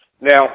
Now